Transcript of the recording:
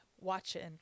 watching